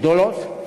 גדולות,